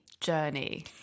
journey